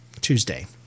Tuesday